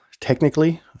technically